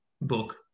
book